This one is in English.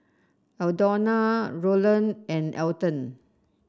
Aldona Rolland and Elton